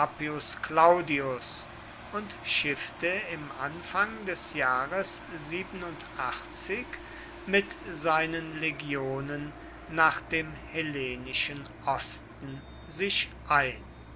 claudius und schiffte im anfang des jahres mit seinen legionen nach dem hellenischen osten sich ein